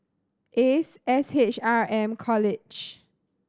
Ace S H R M College